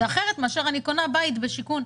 זה אחרת מאשר אני קונה בית בשיכון.